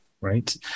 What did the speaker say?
right